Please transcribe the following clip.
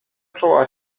czuła